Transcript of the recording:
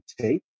take